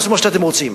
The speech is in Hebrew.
תעשו מה שאתם רוצים,